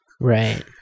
Right